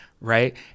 right